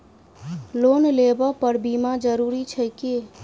Loan लेबऽ पर बीमा जरूरी छैक की?